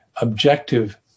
objective